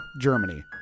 germany